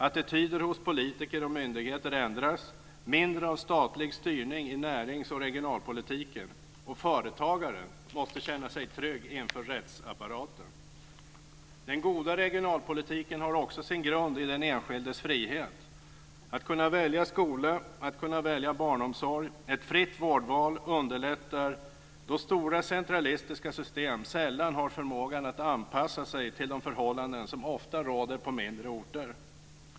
Attityder hos politiker och myndigheter måste ändras. Mindre av statlig styrning i näringsoch regionalpolitiken, och företagaren måste känna sig trygg inför rättsapparaten. Den goda regionalpolitiken har också sin grund i den enskildes frihet. Att kunna välja skola, att kunna välja barnomsorg, att ha ett fritt vårdval underlättar, då stora centralistiska system sällan har förmågan att anpassa sig till de förhållanden som ofta råder på mindre orter.